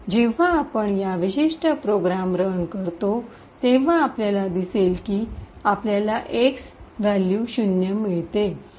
जेव्हा आपण हा विशिष्ट प्रोग्राम रन करतो तेव्हा आपल्याला दिसेल की आपल्याला x व्हॅल्यू शून्य मिळते